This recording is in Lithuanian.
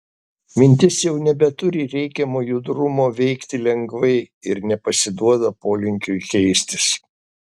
mintis jau nebeturi reikiamo judrumo veikti lengvai ir nepasiduoda polinkiui keistis